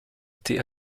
été